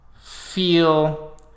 feel